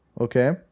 okay